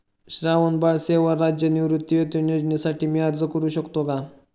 श्रावणबाळ सेवा राज्य निवृत्तीवेतन योजनेसाठी मी अर्ज करू शकतो का?